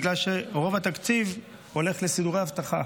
בגלל שרוב התקציב הולך לסידורי אבטחה.